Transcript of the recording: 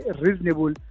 reasonable